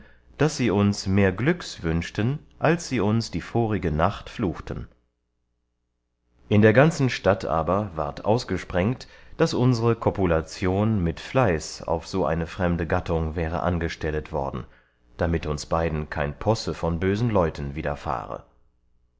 daß sie uns mehr glücks wünschten als sie uns die vorige nacht fluchten in der ganzen stadt aber ward ausgesprengt daß unsre kopulation mit fleiß auf so eine fremde gattung wäre angestellet worden damit uns beiden kein posse von bösen leuten widerfahre